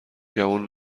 گمون